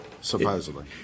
supposedly